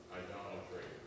idolatry